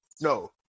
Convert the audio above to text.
no